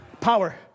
Power